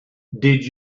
did